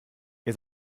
ihr